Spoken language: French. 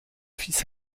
fils